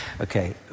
Okay